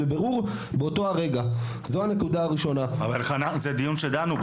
כשמוסד אקדמי